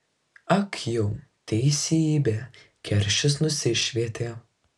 ag jau teisybė keršis nusišvietė